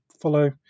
follow